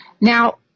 Now